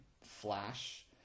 Flash